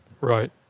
Right